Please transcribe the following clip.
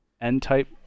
n-type